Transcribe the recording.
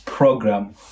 program